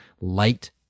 light